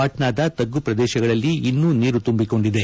ಪಾಟ್ನಾದ ತಗ್ಗು ಪ್ರದೇಶಗಳಲ್ಲಿ ಇನ್ನೂ ನೀರು ತುಂಬಿಕೊಂಡಿದೆ